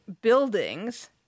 buildings